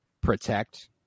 protect